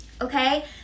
Okay